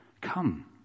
Come